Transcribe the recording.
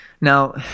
Now